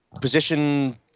Position